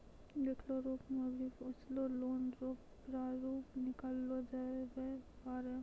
लिखलो रूप मे भी बचलो लोन रो प्रारूप निकाललो जाबै पारै